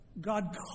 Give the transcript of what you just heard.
God